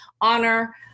honor